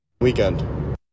Weekend